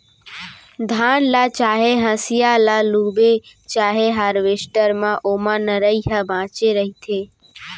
धान ल चाहे हसिया ल लूबे चाहे हारवेस्टर म ओमा नरई ह बाचे रहिथे